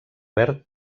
verd